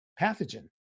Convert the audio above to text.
pathogen